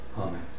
Amen